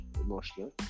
emotional